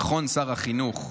נכון, שר החינוך?